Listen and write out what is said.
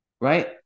right